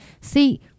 see